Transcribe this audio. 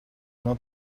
not